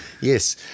Yes